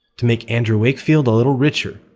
to make andrew wakefield a little richer,